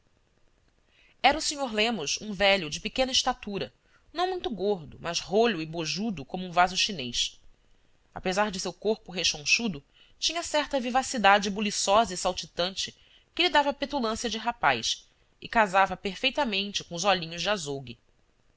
era o sr lemos um velho de pequena estatura não muito gordo mas rolho e bojudo como um vaso chinês apesar de seu corpo rechonchudo tinha certa vivacidade buliçosa e saltitante que lhe dava petulância de rapaz e casava perfeitamente com os olhinhos de azougue